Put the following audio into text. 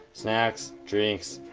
snacks, drinks.